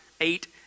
eight